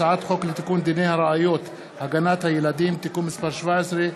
הצעת חוק לתיקון דיני הראיות (הגנת הילדים) (תיקון מס' 17),